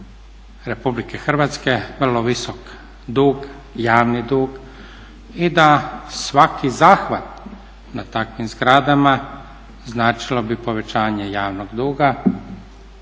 Republike Hrvatske vrlo visok dug, javni dug i da svaki zahvat na takvim zgradama značilo bi povećanje javnog duga,